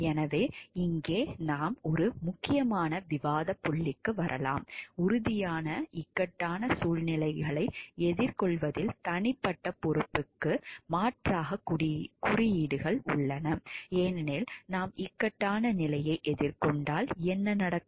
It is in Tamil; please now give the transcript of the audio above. எனவே இங்கே நாம் ஒரு முக்கியமான விவாதப் புள்ளிக்கு வரலாம் உறுதியான இக்கட்டான சூழ்நிலைகளை எதிர்கொள்வதில் தனிப்பட்ட பொறுப்புக்கு மாற்றாக குறியீடுகள் உள்ளன ஏனெனில் நாம் இக்கட்டான நிலையை எதிர்கொண்டால் என்ன நடக்கும்